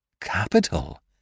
Capital